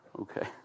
Okay